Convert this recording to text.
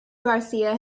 garcia